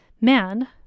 Man